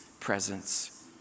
presence